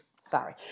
Sorry